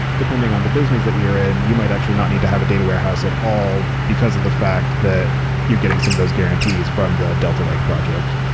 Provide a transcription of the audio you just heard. depending on the business that you're in, you might actually not need to have a data warehouse at all because of the fact that you getting some those guarantees from the delta lake project.